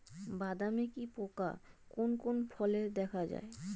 বাদামি কি পোকা কোন কোন ফলে দেখা যায়?